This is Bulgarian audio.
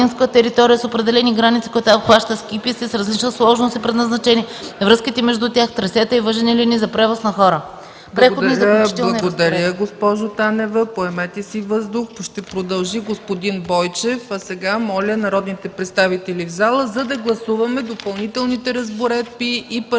Благодаря, госпожо Танева, поемете си въздух. Ще продължи господин Бойчев. А сега моля народните представители в пленарната зала да гласуваме Допълнителните разпоредби и § 1.